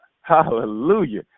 Hallelujah